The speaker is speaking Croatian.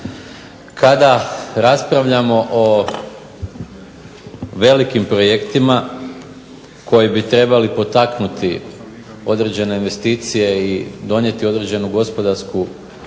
Kada raspravljamo o velikim projektima, koje bi trebale potaknuti određene investicije i donijeti gospodarsku korist,